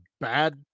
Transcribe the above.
bad